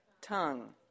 tongue